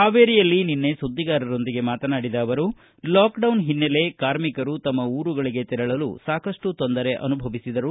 ಹಾವೇರಿಯಲ್ಲಿ ನಿನ್ನೆ ಸುದ್ದಿಗಾರರೊಂದಿಗೆ ಮಾತನಾಡಿದ ಅವರು ಲಾಕ್ ಡೌನ್ ಹಿನ್ನಲೆಯಲ್ಲಿ ಕಾರ್ಮಿಕರು ತಮ್ಮ ಊರುಗಳಿಗೆ ತೆರಳಲು ಸಾಕಷ್ಟು ತೊಂದರೆ ಅನುಭವಿಸಿದರು